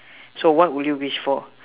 so what will you wish for